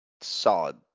solid